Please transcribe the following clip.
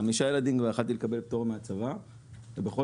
היו לי חמישה ילדים כבר יכולתי לקבל פטור מהצבא אבל בכל